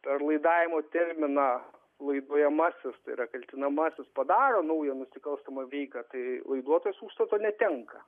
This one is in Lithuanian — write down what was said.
per laidavimo terminą laidojamasis tai yra kaltinamasis padaro naują nusikalstamą veiką kai laiduotojas užstato netenka